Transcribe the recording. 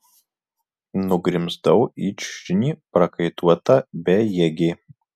nugrimzdau į čiužinį prakaituota bejėgė